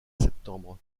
septembre